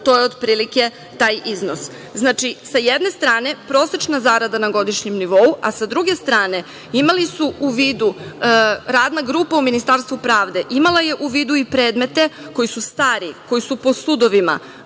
to je otprilike taj iznos. Znači, sa jedne strane prosečna zarada na godišnjem nivou, a sa druge strane imali su u vidu, Radna grupa u Ministarstvu pravde imala je u vidu i predmete koji su stari, koji su po sudovima,